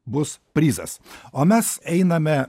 bus prizas o mes einame